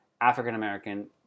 African-American